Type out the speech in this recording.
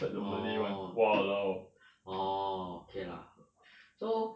orh orh okay lah so